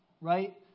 right